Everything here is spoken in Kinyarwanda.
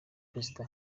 prezida